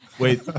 Wait